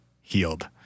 healed